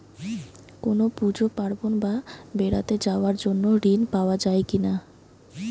কোনো পুজো পার্বণ বা বেড়াতে যাওয়ার জন্য ঋণ পাওয়া যায় কিনা?